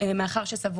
וזה משהו